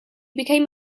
became